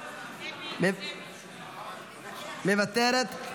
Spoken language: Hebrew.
מוותרת,